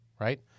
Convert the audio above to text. right